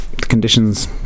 conditions